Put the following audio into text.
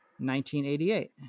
1988